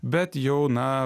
bet jau na